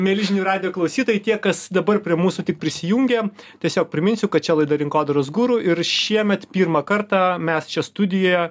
mieli žinių radijo klausytojai tie kas dabar prie mūsų tik prisijungia tiesiog priminsiu kad čia laida rinkodaros guru ir šiemet pirmą kartą mes čia studijoje